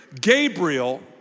Gabriel